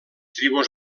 tribus